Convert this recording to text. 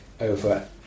over